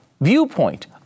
viewpoint